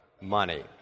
money